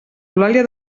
eulàlia